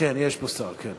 כן, יש פה שר, כן.